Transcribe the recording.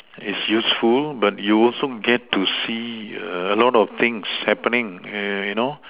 is useful but you also get to see err a lot of things happening you you know